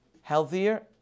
healthier